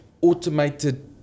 automated